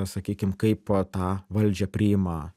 sakykim kaip tą valdžią priima